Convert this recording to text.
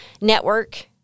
network